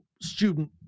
student